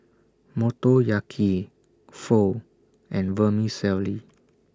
Motoyaki Pho and Vermicelli